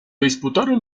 disputaron